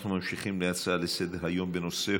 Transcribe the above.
אנחנו ממשיכים להצעה לסדר-היום בנושא: